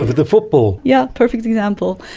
ah the football. yeah, perfect example.